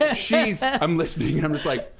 ah she's. yeah i'm listening, and i'm just like,